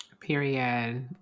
Period